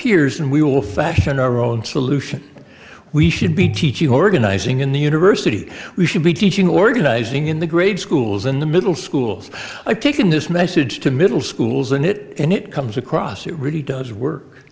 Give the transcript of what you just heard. peers and we will fashion our own solution we should be teaching organizing in the university we should be teaching organizing in the grade schools in the middle schools i've taken this message to middle schools in it and it comes across it really does work